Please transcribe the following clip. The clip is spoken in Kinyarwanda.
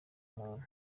muntu